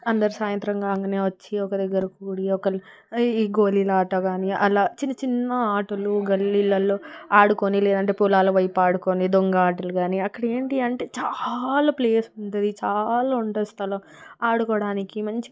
అందరూ సాయంత్రం కాగానే వచ్చి ఒక దగ్గర కూడి ఒకరు ఈ గోలి ఆట కాని అలా చిన్నచిన్న ఆటలు గల్లీలలో ఆడుకొని లేదంటే పొలాల వైపు ఆడుకోని దొంగ ఆటలు కాని అక్కడ ఏంటి అంటే చాలా ప్లేస్ ఉంటుంది చాలా ఉంటుంది స్థలం ఆడుకోవడానికి మంచిగా